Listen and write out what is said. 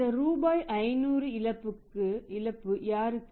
இந்த ரூபாய் 500 இழப்பு யாருக்கு